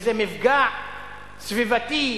וזה מפגע סביבתי,